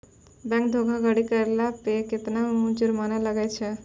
Bank धोखाधड़ी करला पे केतना जुरमाना लागै छै?